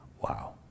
Wow